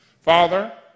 Father